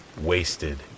wasted